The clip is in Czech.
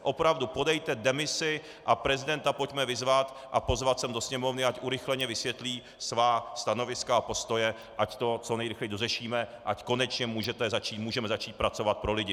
Opravdu, podejte demisi a prezidenta pojďme vyzvat a pozvat sem do Sněmovny, ať urychleně vysvětlí svá stanoviska a postoje, ať to co nejrychleji dořešíme, ať konečně můžeme začít pracovat pro lidi.